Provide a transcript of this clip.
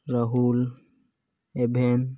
Rahul Ebhen